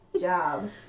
job